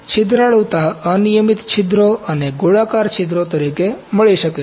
છિદ્રાળુતા અનિયમિત છિદ્રો અને ગોળાકાર છિદ્રો તરીકે મળી શકે છે